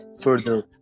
further